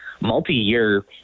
multi-year